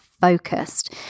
focused